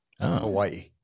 Hawaii